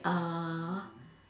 uh